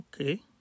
Okay